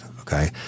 okay